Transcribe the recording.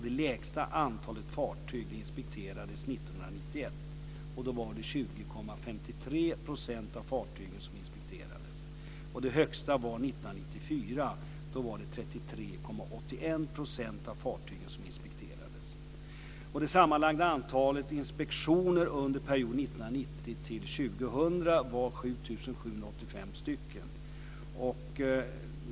Det lägsta antalet fartyg inspekterades år 1991. Då var det 20,53 % av fartygen som inspekterades. Det högsta var år 1994. Då var det 33,81 % av fartygen som inspekterades. Det sammanlagda antalet inspektioner under perioden 1990-2000 var 7 785.